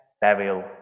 burial